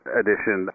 edition